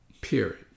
period